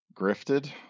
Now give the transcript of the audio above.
grifted